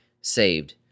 saved